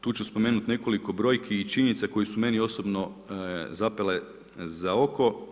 Tu ću spomenuti nekoliko brojki i činjenica koji su meni osobno zapele za oko.